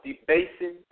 debasing